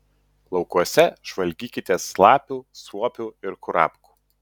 laukuose žvalgykitės lapių suopių ir kurapkų